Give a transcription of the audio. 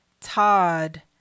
Todd